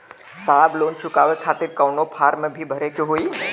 साहब लोन चुकावे खातिर कवनो फार्म भी भरे के होइ?